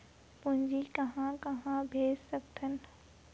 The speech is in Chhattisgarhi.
पूंजी कहां कहा भेज सकथन?